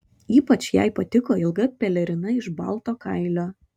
ypač jai patiko ilga pelerina iš balto kailio